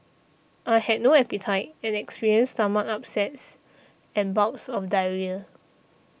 I had no appetite and experienced stomach upsets and bouts of diarrhoea